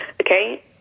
okay